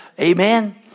Amen